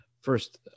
first